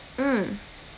mm